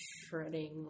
shredding